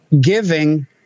giving